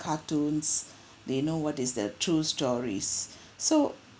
cartoons they know what is the true stories so